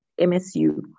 MSU